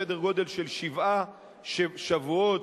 סדר-גודל של שבעה שבועות,